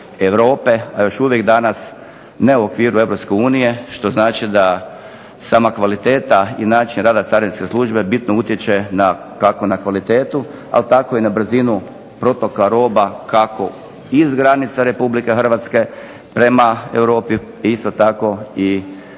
Europe, a još uvijek danas ne u okviru Europske unije što znači da sama kvaliteta i način rada carinske službe bitno utječe na, kako na kvalitetu, ali tako i na brzinu protoka roba kako iz granica Republike Hrvatske prema Europi isto tako i u